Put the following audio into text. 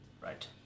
Right